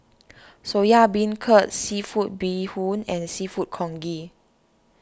Soya Beancurd Seafood Bee Hoon and Seafood Congee